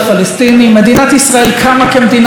מדינת ישראל קמה כמדינת העם היהודי,